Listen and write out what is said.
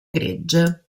gregge